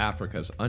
Africa's